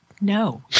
No